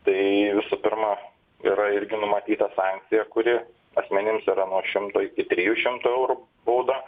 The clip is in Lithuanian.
tai visų pirma yra irgi numatyta sankcija kuri asmenims yra nuo šimto iki trijų šimtų eurų bauda